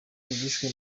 bishwe